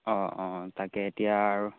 অঁ অঁ তাকে এতিয়া আৰু